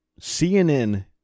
CNN